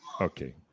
Okay